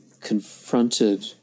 confronted